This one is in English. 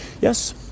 Yes